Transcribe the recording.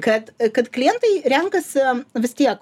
kad kad klientai renkasi vis tiek